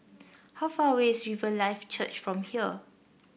how far away is Riverlife Church from here